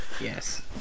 Yes